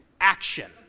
action